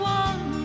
one